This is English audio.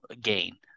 gain